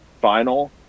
final